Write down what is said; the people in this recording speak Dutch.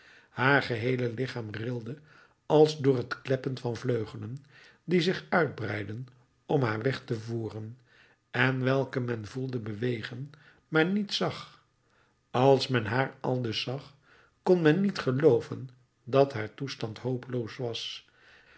haar geheele lichaam rilde als door het kleppen van vleugelen die zich uitbreidden om haar weg te voeren en welke men voelde bewegen maar niet zag als men haar aldus zag kon men niet gelooven dat haar toestand hopeloos was